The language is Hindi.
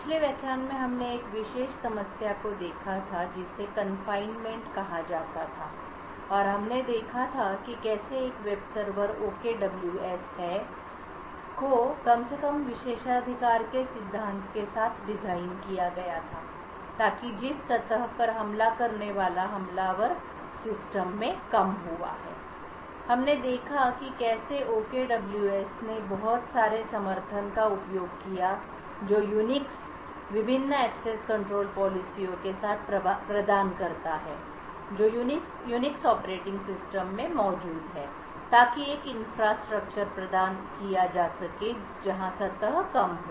पिछले व्याख्यान में हमने एक विशेष समस्या को देखा था जिसे कन्फाइनमेंटकारावास कहा जाता था और हमने देखा था कि कैसे एक वेब सर्वर OKWS है को कम से कम विशेषाधिकारों के सिद्धांत के साथ डिजाइन किया गया था ताकि जिस सतह पर हमला करने वाला हमलावर सिस्टम में कम हुआ है हमने देखा कि कैसे OKWS ने बहुत सारे समर्थन का उपयोग किया जो यूनिक्स विभिन्न एक्सेस कंट्रोल पॉलिसियों के साथ प्रदान करता है जो यूनिक्स ऑपरेटिंग सिस्टम में मौजूद हैं ताकि एक इंफ्रास्ट्रक्चर प्रदान किया जा सके जहां सतह कम हो